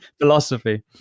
philosophy